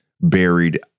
buried